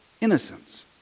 innocence